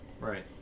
right